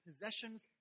possessions